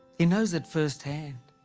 he knows it first hand.